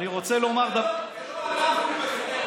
בושה וחרפה.